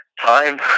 time